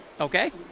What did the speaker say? Okay